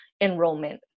enrollment